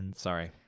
Sorry